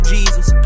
Jesus